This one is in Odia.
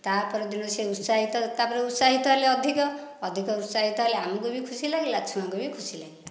ତାପର ଦିନ ସେ ଉତ୍ସାହିତ ତାପରେ ଉତ୍ସାହିତ ହେଲେ ଅଧିକ ଅଧିକ ଉତ୍ସାହିତ ହେଲେ ଆମକୁ ବି ଖୁସି ଲାଗିଲା ଛୁଆଙ୍କୁ ବି ଖୁସି ଲାଗିଲା